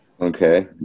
Okay